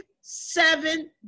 seven